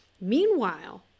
meanwhile